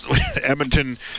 Edmonton